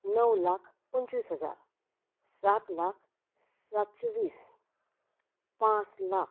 णव लाख पंचवीस हजार सात लाख सातशे वीस पांच लाख